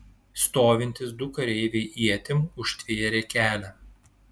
stovintys du kareiviai ietim užtvėrė kelią